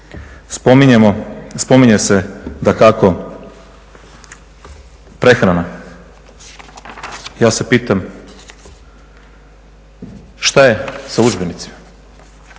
Spominje se dakako prehrana. Ja se pitam šta je sa udžbenicima.